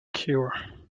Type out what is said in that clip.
cure